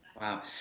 Wow